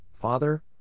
Father